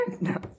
No